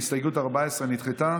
הסתייגות 14 נדחתה.